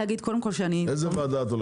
איזו ועדה?